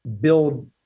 build